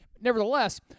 Nevertheless